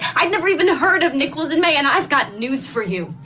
i've never even heard of nichols and may. and i've got news for you.